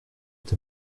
est